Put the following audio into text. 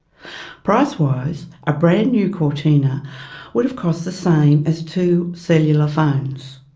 price-wise, a brand new cortina would have cost the same as two cellular phones.